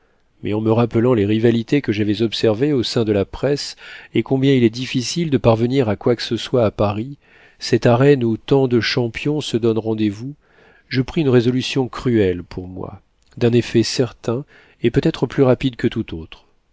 mais en me rappelant les rivalités que j'avais observées au sein de la presse et combien il est difficile de parvenir à quoi que ce soit à paris cette arène où tant de champions se donnent rendez-vous je pris une résolution cruelle pour moi d'un effet certain et peut-être plus rapide que tout autre